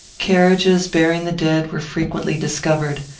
carriages bearing the dead were frequently discovered.